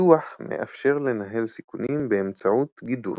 ביטוח מאפשר לנהל סיכונים באמצעות גידור.